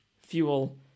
fuel